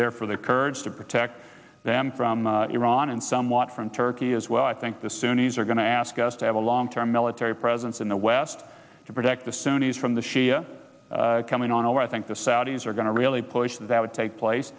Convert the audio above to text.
there for their courage to protect them from iran and somewhat from turkey as well i think the sunni's are going to ask us to have a long term military presence in the west to protect the sunni's from the shia coming on although i think the saudis are going to really push that would take place